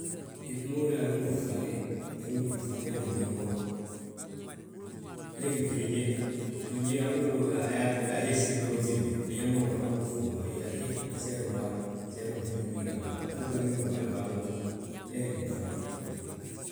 Yíŧi ma húri yaa agí ngi bfaŋe, agí ngi bfaŋe a njiŋni wo. He gí ŧiriñe, ŧiriñe haloolo, ayaanti be adiisim be, usiimi, biñaŋ ma ngi ŧag mo fuŋa, unyaa he, seero ma wa, seero ŧiriñi gamba, haloolo agím bo baa ngi húri mo seero ŧiriñi gamba hee gi ngi faŋi ma.